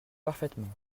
parfaitement